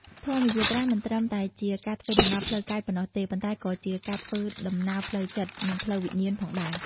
ធម្មយាត្រាមិនត្រឹមតែជាការធ្វើដំណើរផ្លូវកាយប៉ុណ្ណោះទេ ប៉ុន្តែក៏ជាការធ្វើដំណើរផ្លូវចិត្ត និងផ្លូវវិញ្ញាណផងដែរ។